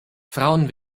frauen